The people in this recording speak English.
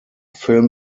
film